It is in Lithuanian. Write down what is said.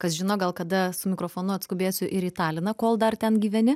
kas žino gal kada su mikrofonu atskubėsiu ir į taliną kol dar ten gyveni